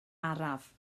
araf